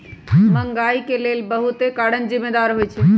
महंगाई के लेल बहुते कारन जिम्मेदार होइ छइ